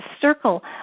circle